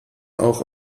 auch